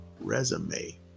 resume